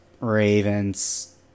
Ravens